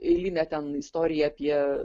eilinę ten istoriją apie